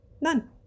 None